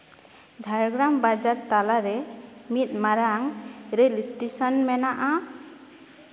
ᱡᱷᱟᱲᱜᱨᱟᱢ ᱵᱟᱡᱟᱨ ᱛᱟᱞᱟᱨᱮ ᱢᱤᱫ ᱢᱟᱨᱟᱝ ᱨᱮᱹᱞ ᱤᱥᱴᱮᱥᱚᱱ ᱢᱮᱱᱟᱜᱼᱟ